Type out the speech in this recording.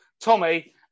Tommy